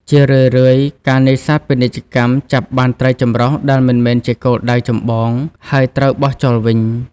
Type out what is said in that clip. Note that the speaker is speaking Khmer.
ជារឿយៗ ការនេសាទពាណិជ្ជកម្មចាប់បាន ត្រីចម្រុះ ដែលមិនមែនជាគោលដៅចម្បង ហើយត្រូវបោះចោលវិញ។